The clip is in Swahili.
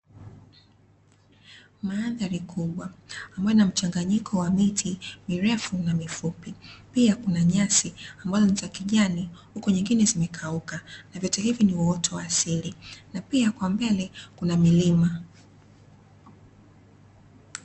Mandhari kubwa ambayo ina mchanganyiko wa miti mirefu na mifupi, pia kuna nyasi ambazo ni za kijani huku nyengine zimekauka ambazo ni uoto wa asili na pia kwa mbele kuna milima.